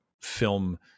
film